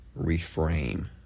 reframe